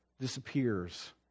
disappears